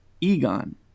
Egon